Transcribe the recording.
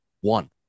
one